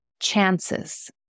chances